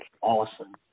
awesome